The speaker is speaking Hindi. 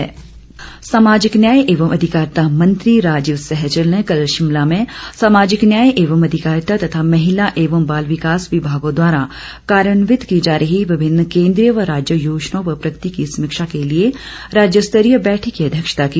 समीक्षा सामाजिक न्याय एवं अधिकारिता मंत्री राजीव सहजल ने कल शिमला में सामाजिक न्याय एवं अधिकारिता तथा महिला एवं बाल विकास विभागों द्वारा कार्यान्वित की जा रही विभिन्न केंद्रीय व राज्य योजनाओं पर प्रगति की समीक्षा के लिए राज्य स्तरीय बैठक की अध्यक्षता की